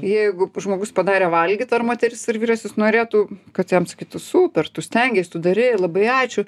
jeigu žmogus padarė valgyt ar moteris ar vyras jis norėtų kad jam sakytų super tu stengeis tu darei labai ačiū